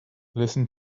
listen